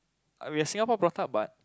uh we're Singapore brought up but